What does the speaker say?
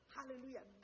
Hallelujah